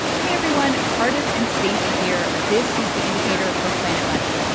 hey, everyone. cardiff and stacey here. this is the indicator from planet money.